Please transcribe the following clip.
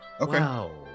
Okay